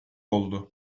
oldu